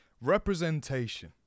Representation